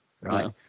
right